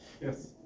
Yes